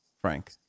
Frank